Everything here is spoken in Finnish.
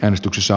äänestyksessä